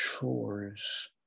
Chores